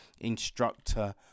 Instructor